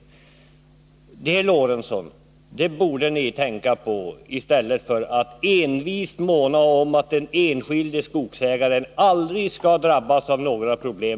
Det, herr Lorentzon, borde ni tänka på i stället för att envist måna om att den enskilde skogsägaren aldrig skall drabbas av några problem.